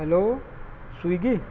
hello Swiggy